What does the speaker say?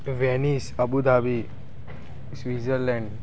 Venice Abu Dhabi Switzerland